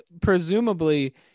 presumably